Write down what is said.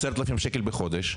10,000 ₪ בחודש.